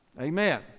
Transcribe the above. Amen